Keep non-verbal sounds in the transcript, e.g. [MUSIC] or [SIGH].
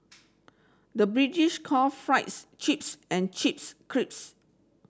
[NOISE] the British call fries chips and chips crisps